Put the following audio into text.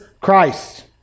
Christ